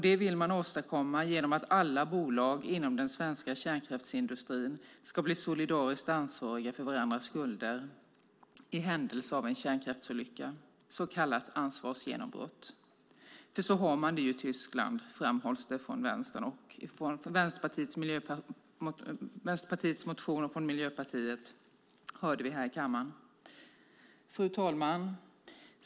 Det vill man åstadkomma genom att alla bolag inom den svenska kärnkraftsindustrin ska bli solidariskt ansvariga för varandras skulder i händelse av en kärnkraftsolycka, så kallat ansvarsgenombrott. För så har man det i Tyskland, framhålls det i Vänsterpartiets motion, och vi hörde det från Miljöpartiet här i kammaren. Fru talman!